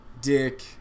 Dick